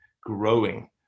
growing